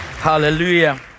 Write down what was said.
Hallelujah